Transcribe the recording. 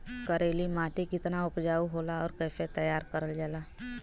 करेली माटी कितना उपजाऊ होला और कैसे तैयार करल जाला?